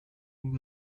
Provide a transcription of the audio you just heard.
who